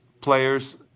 players